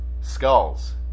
Skulls